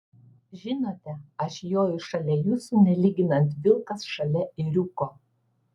žinote aš joju šalia jūsų nelyginant vilkas šalia ėriuko